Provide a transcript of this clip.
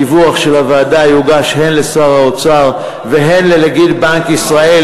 הדיווח של הוועדה יוגש הן לשר האוצר והן לנגיד בנק ישראל.